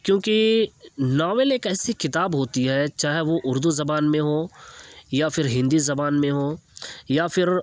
کیونکہ ناول ایک ایسی کتاب ہوتی ہے چاہے وہ اردو زبان میں ہو یا پھر ہندی زبان میں ہو یا پھر